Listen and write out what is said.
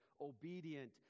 obedient